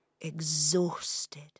exhausted